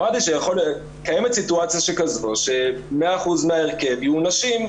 קיימת סיטואציה שכזו ש-100% מההרכב יהיו נשים.